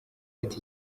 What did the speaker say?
ati